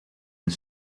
een